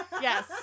Yes